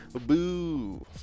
boo